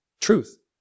truth